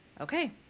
okay